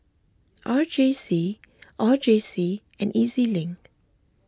R J C R J C and E Z Link